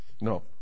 no